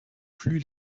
plus